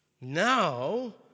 Now